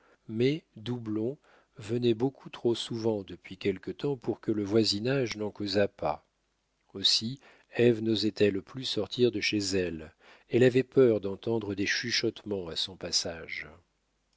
mais doublon venait beaucoup trop souvent depuis quelque temps pour que le voisinage n'en causât pas aussi ève nosait elle plus sortir de chez elle elle avait peur d'entendre des chuchotements à son passage